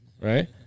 right